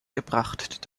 gebracht